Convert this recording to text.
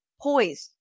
poised